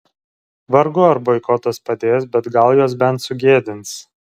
vargu ar boikotas padės bet gal juos bent sugėdins